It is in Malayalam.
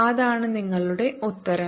അതാണ് നിങ്ങളുടെ ഉത്തരം